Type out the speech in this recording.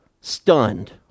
stunned